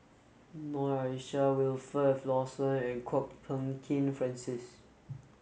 Noor Aishah Wilfed Lawson and Kwok Peng Kin Francis